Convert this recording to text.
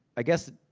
i guess,